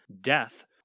death